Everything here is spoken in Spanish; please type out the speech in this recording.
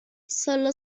solo